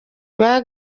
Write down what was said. rwa